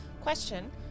Question